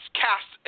cast